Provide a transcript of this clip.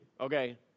okay